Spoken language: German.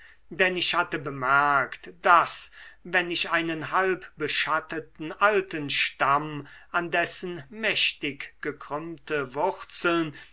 denn ich hatte bemerkt daß wenn ich einen halbbeschatteten alten stamm an dessen mächtig gekrümmte wurzeln